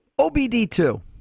OBD2